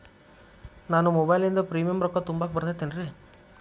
ನಾನು ಮೊಬೈಲಿನಿಂದ್ ಪ್ರೇಮಿಯಂ ರೊಕ್ಕಾ ತುಂಬಾಕ್ ಬರತೈತೇನ್ರೇ?